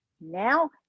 Now